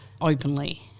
openly